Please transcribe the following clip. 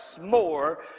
more